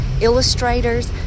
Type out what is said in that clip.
illustrators